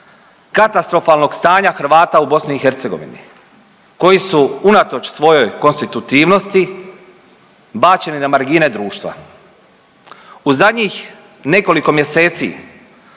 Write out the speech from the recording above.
katastrofalnog stanja Hrvata u BiH koji su unatoč svojoj konstitutivnosti bačeni na margine društva. U zadnjih nekoliko mjeseci